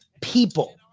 people